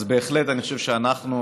אז בהחלט אני חושב שאנחנו,